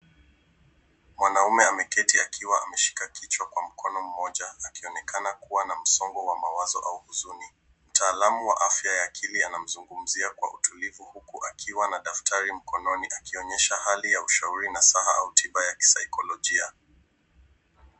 Mwanaume ameketi akiwa ameshika kichwa kwa mkono mmoja akionekana kuwa na msongo wa mawazo au huzuni. Mtaalamu wa afya ya akili anamzungumzia kwa utulivu huku akiwa na daftari mkononi akionyesha hali ya ushauri, nasaha au tiba ya kisaikolojia.